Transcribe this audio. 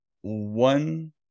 one